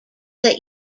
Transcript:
that